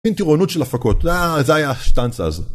עושים טירונות של הפקות, אההה.. זה היה השטנץ הזה